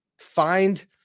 Find